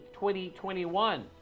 2021